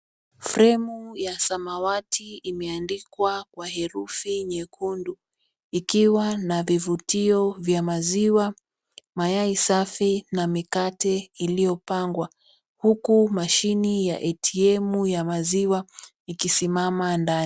Fremu ya samawati imeandikwa kwa herufi nyekundu. Ikiwa na vivutio vya maziwa, mayai safi na mikate iliyopangwa. Huku mashini ya ATM ya maziwa ikisimama ndani.